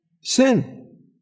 Sin